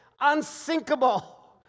unsinkable